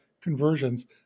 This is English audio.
conversions